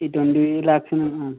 ഈ ട്വൻറി ലാക്സിന് ആ